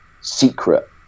secret